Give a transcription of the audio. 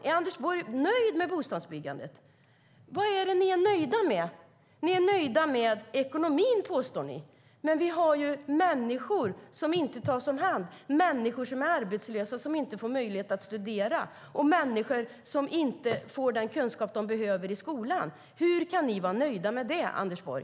Är Anders Borg nöjd med bostadsbyggandet? Vad är det ni är nöjda med? Ni är nöjda med ekonomin, påstår ni. Men det finns ju människor som inte tas om hand, människor som är arbetslösa och som inte har möjlighet att studera och människor som inte får den kunskap de behöver i skolan. Hur kan ni vara nöjda med det, Anders Borg?